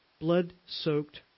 blood-soaked